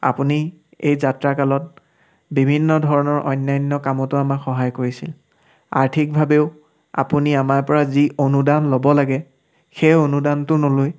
আপুনি এই যাত্ৰাকালত বিভিন্ন ধৰণৰ অন্যান্য কামতো আমাক সহায় কৰিছে আৰ্থিকভাৱেও আপুনি আমাৰ পৰা যি অনুদান ল'ব লাগে সেই অনুদানটো নলৈ